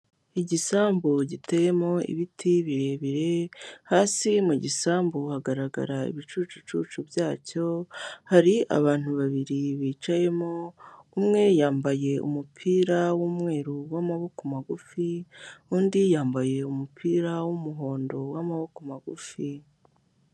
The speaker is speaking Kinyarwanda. Igisambu giteyemo ibiti birebire hasi mu gisambu hagaragara ibicucu byacyo hari abantu babiri bicayemo umwe yambaye umupira wumweru w'amaboko magufi undi yambaye umupira w'umuhondo w'amaboko magufi .